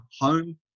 home